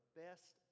best